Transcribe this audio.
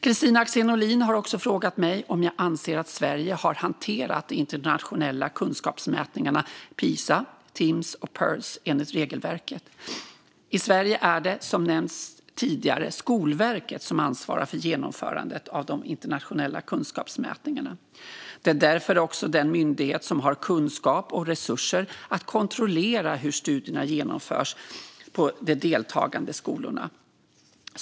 Kristina Axén Olin har också frågat mig om jag anser att Sverige har hanterat de internationella kunskapsmätningarna, Pisa, Timss och Pirls, enligt regelverket. I Sverige är det, som nämnts tidigare, Skolverket som ansvarar för genomförandet av de internationella kunskapsmätningarna. Det är därför också den myndigheten som har kunskap och resurser att kontrollera hur studierna genomförs på de deltagande skolorna.